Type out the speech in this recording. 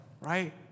right